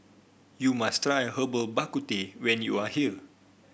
you must try Herbal Bak Ku Teh when you are here